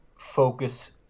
focus